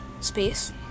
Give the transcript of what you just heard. Space